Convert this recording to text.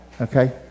okay